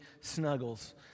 snuggles